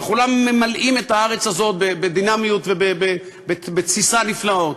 וכולם ממלאים את הארץ הזאת בדינמיות ותסיסה נפלאות.